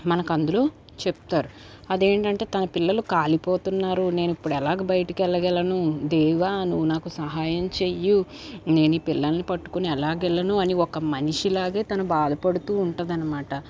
మనకు అందులో చెప్తారు అదేంటంటే తన పిల్లలు కాలిపోతున్నారు నేను ఇప్పుడు ఎలాగా బయటకు వెళ్ళగలను దేవా నువ్వు నాకు సహాయం చెయ్యి నేను ఈ పిల్లల్ని పట్టుకుని ఎలా వెళ్ళను అని ఒక మనిషిలాగే తను బాధపడుతూ ఉంటుంది అనమాట